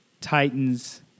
Titans